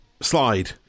slide